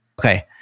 Okay